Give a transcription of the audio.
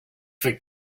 for